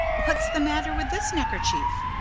what's the matter with this neckerchief?